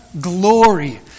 glory